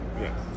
yes